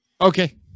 Okay